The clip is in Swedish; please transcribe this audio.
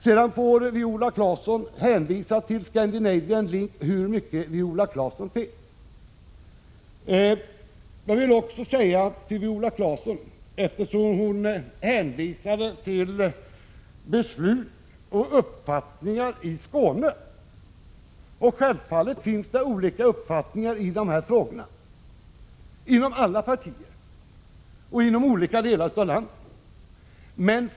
Sedan får Viola Claesson hänvisa till Scandinavian Link hur mycket hon vill. Viola Claesson hänvisade till beslut och uppfattningar i Skåne. Självfallet finns det olika uppfattningar i dessa frågor inom alla partier och inom olika delar av landet.